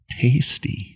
Tasty